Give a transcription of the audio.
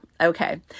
Okay